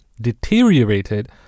deteriorated